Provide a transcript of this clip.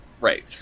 right